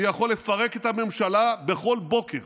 אני יכול לפרק את הממשלה בכל בוקר.